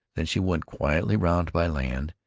then she went quietly round by land,